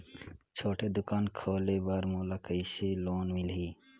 छोटे दुकान खोले बर मोला कइसे लोन मिलही?